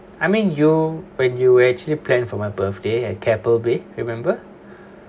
I mean you when you actually plan for my birthday at keppel bay remember